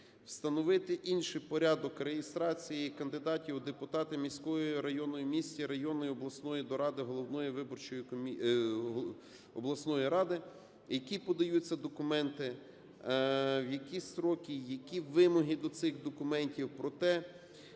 встановити інший порядок реєстрації кандидатів в депутати міської, районної в місті, районної, обласної ради, до головної виборчої комісії, які подаються документи, в які строки, які вимоги до цих документів. Проте